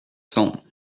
cents